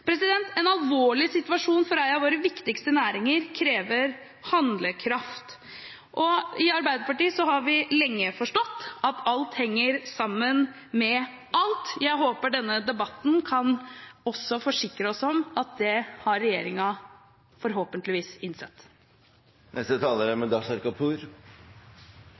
En alvorlig situasjon for en av våre viktigste næringer krever handlekraft. I Arbeiderpartiet har vi lenge forstått at alt henger sammen med alt. Jeg håper denne debatten kan forsikre oss om at regjeringen forhåpentligvis også har